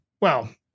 Well-